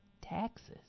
taxes